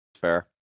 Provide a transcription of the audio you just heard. Fair